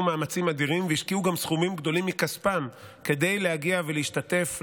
מאמצים אדירים והשקיעו גם סכומים גדולים מכספם כדי להגיע ולהשתתף,